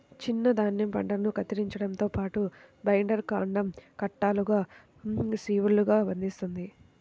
చిన్న ధాన్యం పంటను కత్తిరించడంతో పాటు, బైండర్ కాండం కట్టలుగా షీవ్లుగా బంధిస్తుంది